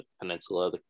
peninsula